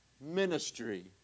ministry